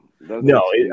No